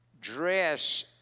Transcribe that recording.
Dress